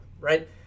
right